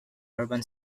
urban